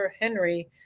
Henry